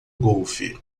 golfe